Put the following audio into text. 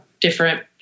different